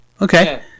Okay